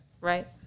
right